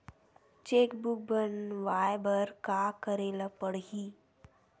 Cheque book बनवाय बर का करे ल पड़हि?